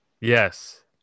Yes